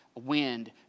wind